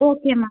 okay ma'am